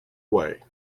away